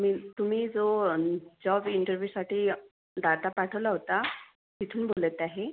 मी तुम्ही जो जॉब इंटरव्ह्यूसाठी डाटा पाठवला होता तिथून बोलत आहे